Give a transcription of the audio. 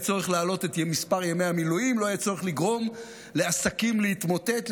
להעלות את מספר ימי המילואים, להאריך את